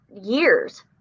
years